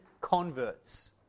converts